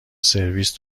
سرویس